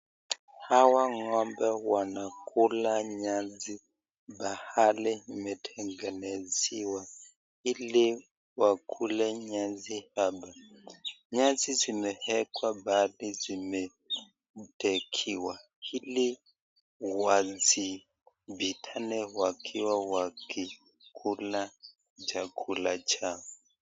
Hawa ng'ombe wanakula nyasi pahali imetengenezewa ili wakule nyasi, nyasi zimewekwa pahali zimetekiwa ili wasipitane wakiwa wakikula chakula chao.